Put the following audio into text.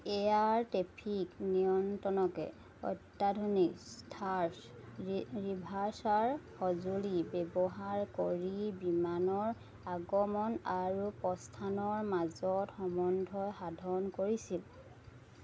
air traffic নিয়ন্ত্ৰণকে অত্যাধুনিক থাৰ্ছ ৰি ৰিভাৰ্ছাৰ সঁজুলি ব্যৱহাৰ কৰি বিমানৰ আগমন আৰু প্ৰস্থানৰ মাজত সম্বন্ধ সাধন কৰিছিল